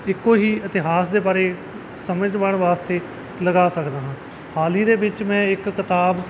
ਇੱਕੋ ਹੀ ਇਤਿਹਾਸ ਦੇ ਬਾਰੇ ਸਮਝਣ ਵਾਸਤੇ ਲਗਾ ਸਕਦਾ ਹਾਂ ਹਾਲ ਹੀ ਦੇ ਵਿੱਚ ਮੈਂ ਇੱਕ ਕਿਤਾਬ